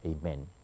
Amen